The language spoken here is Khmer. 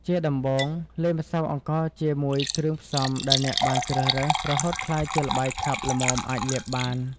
ជាដំបូង លាយម្សៅអង្ករជាមួយគ្រឿងផ្សំដែលអ្នកបានជ្រើសរើស រហូតក្លាយជាល្បាយខាប់ល្មមអាចលាបបាន។